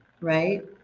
right